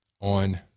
on